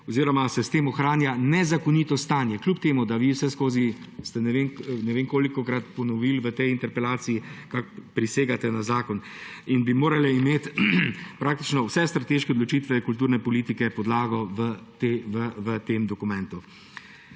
oziroma se s tem ohranja nezakonito stanje, čeprav vi vseskozi ponavljate v tej interpelaciji, da prisegate na zakon, in bi morale imeti praktično vse strateške odločitve kulturne politike podlago v tem dokumentu.